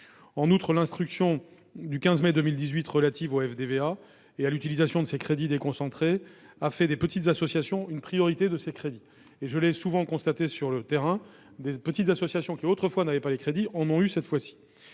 En outre, l'instruction du 15 mai 2018 relative au FDVA et à l'utilisation de ces crédits déconcentrés a fait des petites associations une priorité. Je l'ai souvent constaté sur le terrain, de petites associations qui ne bénéficiaient pas autrefois de ces crédits les ont obtenus cette fois-ci.